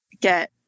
get